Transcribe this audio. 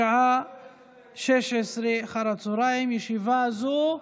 בשעה 16:00. ישיבה זו